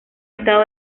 estado